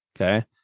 okay